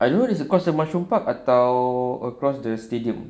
I know it's across mushroom park atau across the stadium